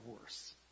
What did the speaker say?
worse